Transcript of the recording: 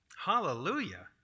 Hallelujah